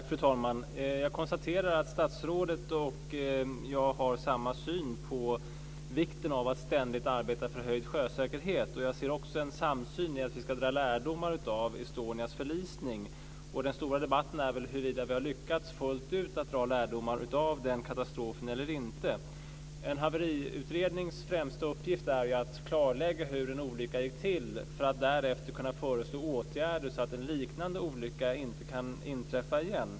Fru talman! Jag konstaterar att statsrådet och jag har samma syn på vikten av att ständigt arbeta för en höjd sjösäkerhet. Vi har också en samsyn om att man ska dra lärdomar av Estonias förlisning. Den stora debatten gäller huruvida man fullt ut har lyckats att dra lärdomar av den katastrofen eller inte. En haveriutrednings främsta uppgift är ju att klarlägga hur en olycka gått till och därefter föreslå åtgärder för att en liknande olycka inte ska inträffa igen.